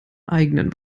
eigenen